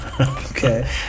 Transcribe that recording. Okay